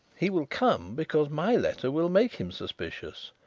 he will come because my letter will make him suspicious.